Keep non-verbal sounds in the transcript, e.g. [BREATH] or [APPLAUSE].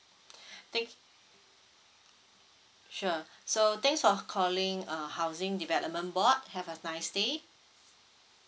[BREATH] thank sure so thanks for calling uh housing development board have a nice day